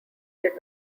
did